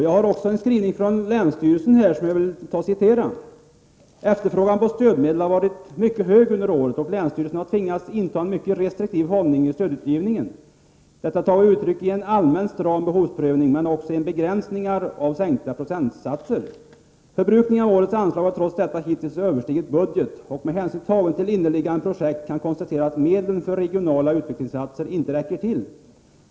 Jag vill citera vad länsstyrelsen i Värmlands län skriver: ”Efterfrågan på stödmedel har varit mycket hög under året och länsstyrelsen har tvingats inta en mycket restriktiv hållning i stödgivningen. Detta har tagit sig uttryck i en allmänt stram behovsprövning men också i begränsningar av stödområden och sänkta stödprocentsatser m.m. Förbrukningen av årets anslag har trots detta hittills överstigit budget och med hänsyn tagen till inneliggande projekt kan konstateras att medlen för regionala utvecklingsinsatser inte räcker till.